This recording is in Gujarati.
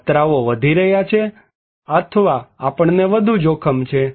ખતરાઓ વધી રહ્યા છે અથવા આપણને વધુ જોખમ છે